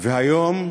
והיום,